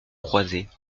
croisées